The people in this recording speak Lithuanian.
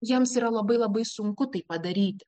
jiems yra labai labai sunku tai padaryti